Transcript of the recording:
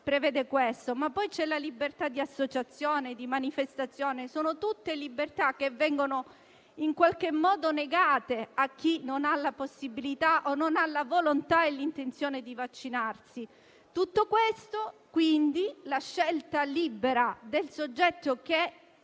prevede. Ma poi c'è la libertà di associazione e di manifestazione: sono tutte libertà che vengono negate a chi non ha la possibilità o non ha la volontà e l'intenzione di vaccinarsi. Anche la scelta libera del soggetto che